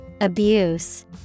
Abuse